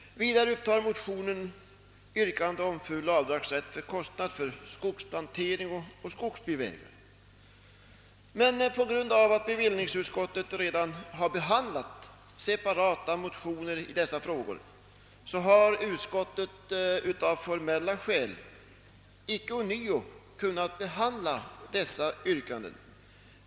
Vidare upptar motionerna yrkande om full avdragsrätt för kostnader för skogsplantering och skogsbilvägar. Men på grund av att bevillningsutskottet redan har behandlat separata motioner i dessa frågor har utskottet av formella skäl icke ånyo kunnat behandla dessa yrkanden.